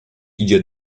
idzie